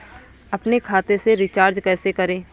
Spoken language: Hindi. अपने खाते से रिचार्ज कैसे करें?